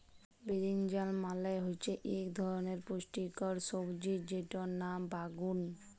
বিরিনজাল মালে হচ্যে ইক ধরলের পুষ্টিকর সবজি যেটর লাম বাগ্যুন